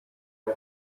the